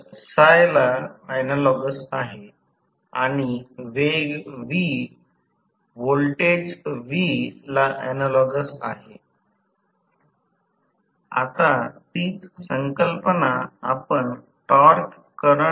आता याचा अर्थ असा आहे की सकल यांत्रिक उर्जा उत्पादन या 3 वेळा म्हणजे 3 फेज विद्युत ऊर्जा एका विरोधकांमध्ये r2 1S 1 घेतली जाते